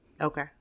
Okay